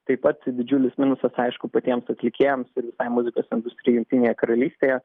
taip pat didžiulis minusas aišku patiems atlikėjams ir visai muzikos industrijai jungtinėje karalystėje